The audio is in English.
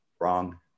Wrong